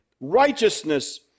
Righteousness